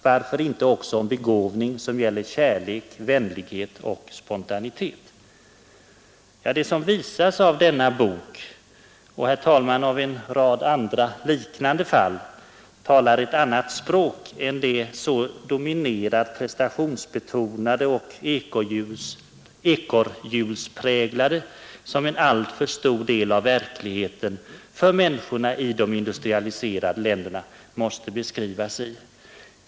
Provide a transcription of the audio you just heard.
Varför inte också om begåvning som gäller kärlek, vänlighet och spontanitet?” Det som visas av denna bok och av en rad liknande fall talar ett annat språk än det så dominerat prestationsbetonade och ekorrhjulspräglade, som en alltför stor del av verkligheten för människorna i de industrialiserade länderna måste beskrivas i.